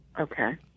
Okay